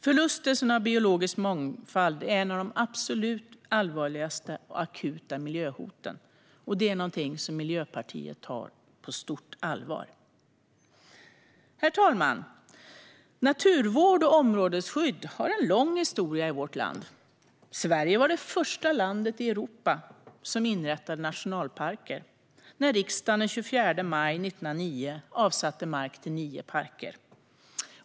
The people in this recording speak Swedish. Förlusten av biologisk mångfald är ett av de absolut allvarligaste och akuta miljöhoten. Det är något som Miljöpartiet tar på stort allvar. Herr talman! Naturvård och områdesskydd har en lång historia i vårt land. Sverige var det första landet i Europa att inrätta nationalparker när riksdagen den 24 maj 1909 avsatte mark till nio parker.